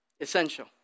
Essential